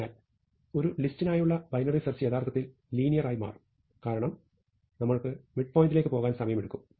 അതിനാൽ ഒരു ലിസ്റ്റിനായുള്ള ബൈനറി സെർച്ച് യഥാർത്ഥത്തിൽ ലീനിയർ ആയി മാറും കാരണം ഞങ്ങൾക്ക് മിഡ്പോയിന്റിലേക്ക് പോകാൻ സമയമെടുക്കും